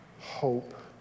hope